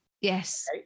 Yes